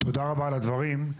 שלום לכולם,